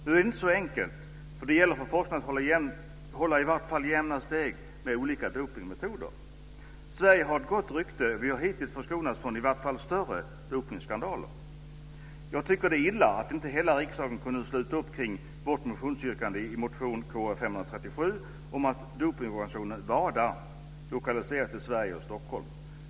Nu är det inte så enkelt, för det gäller för forskningen att hålla i varje fall jämna steg med olika dopningsmetoder. Sverige har gott rykte, och vi har hittills förskonats från i varje fall större dopningsskandaler. Jag tycker att det är illa att inte hela riksdagen kunde sluta upp kring vårt motionsyrkande i motion Kr537 om att dopningsorganisationen WADA ska lokaliseras till Sverige och Stockholm.